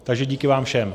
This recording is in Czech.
Takže díky vám všem.